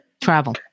travel